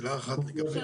של